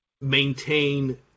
maintain